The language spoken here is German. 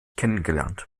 kennengelernt